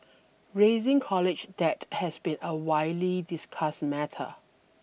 rising college debt has been a widely discussed matter